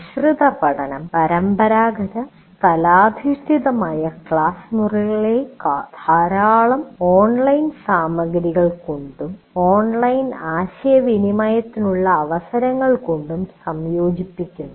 മിശ്രിത പഠനം പരമ്പരാഗതമായ സ്ഥലാധിഷ്ഠിതമായ ക്ലാസ് മുറികളെ ധാരാളം ഓൺലൈൻ സാമഗ്രികൾ കൊണ്ടും ഓൺലൈൻ ആശയവിനിമയത്തിനുള്ള അവസരങ്ങൾ കൊണ്ടും സംയോജിപ്പിക്കുന്നു